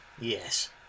Yes